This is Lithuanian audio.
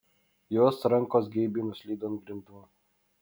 jos rankos geibiai nuslydo ant grindų